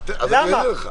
למה?